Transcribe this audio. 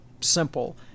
simple